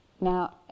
now